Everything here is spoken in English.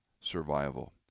survival